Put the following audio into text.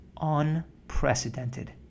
unprecedented